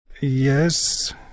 Yes